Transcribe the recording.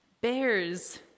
Bears